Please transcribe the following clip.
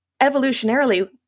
evolutionarily